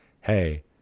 hey